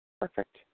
Perfect